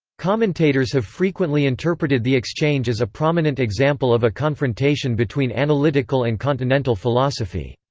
commentators have frequently interpreted the exchange as a prominent example of a confrontation between analytical and continental philosophy.